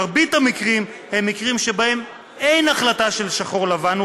מרבית המקרים הם מקרים שבהם אין החלטה של שחור לבן,